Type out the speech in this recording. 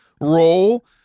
role